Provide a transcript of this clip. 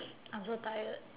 I'm so tired